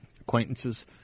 acquaintances